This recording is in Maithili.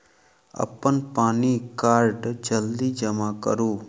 अप्पन पानि कार्ड जल्दी जमा करू?